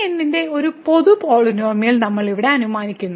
degree n ന്റെ ഒരു പൊതു പോളിനോമിയൽ നമ്മൾ ഇവിടെ അനുമാനിക്കുന്നു